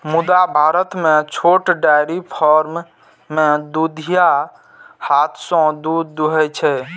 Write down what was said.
मुदा भारत मे छोट डेयरी फार्म मे दुधिया हाथ सं दूध दुहै छै